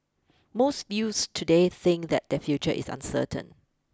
most youths today think that their future is uncertain